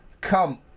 Come